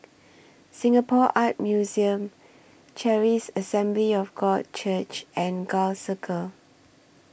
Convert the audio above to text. Singapore Art Museum Charis Assembly of God Church and Gul Circle